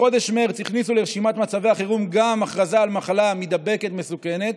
מחודש מרץ הכניסו לרשימת מצבי החירום גם הכרזה על מחלה מידבקת מסוכנת.